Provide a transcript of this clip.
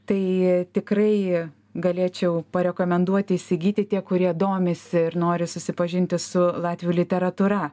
tai tikrai galėčiau parekomenduoti įsigyti tie kurie domisi ir nori susipažinti su latvių literatūra